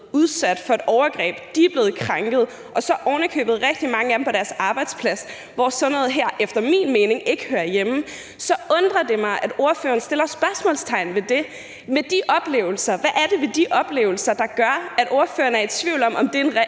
udsat for et overgreb, at de er blevet krænket, og rigtig mange af dem så ovenikøbet på deres arbejdsplads, hvor sådan noget her efter min mening ikke hører hjemme. Så undrer det mig, at ordføreren sætter spørgsmålstegn ved det, altså ved de oplevelser. Hvad er det ved de oplevelser, der gør, at ordføreren er i tvivl om, om det er en